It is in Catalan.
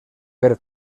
per